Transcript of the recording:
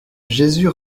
jésus